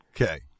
Okay